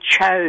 chose